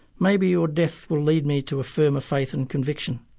maybe your death will lead me to a firmer faith and conviction.